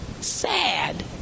Sad